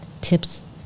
tips